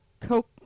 Coke